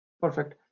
Perfect